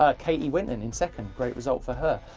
ah katy winton in second, great result for her.